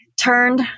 turned